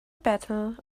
battle